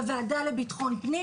בוועדה לביטחון הפנים.